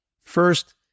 First